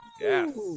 Yes